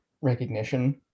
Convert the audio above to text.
recognition